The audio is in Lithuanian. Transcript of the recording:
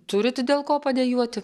turit dėl ko padejuoti